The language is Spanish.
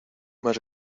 más